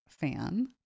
fan